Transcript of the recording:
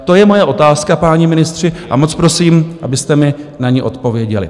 To je moje otázka, páni ministři, a moc prosím, abyste mi na ni odpověděli.